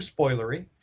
spoilery